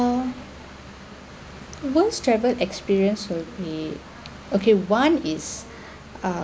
uh worst travel experience will be okay one is